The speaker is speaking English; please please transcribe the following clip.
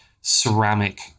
ceramic